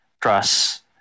trust